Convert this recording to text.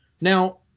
now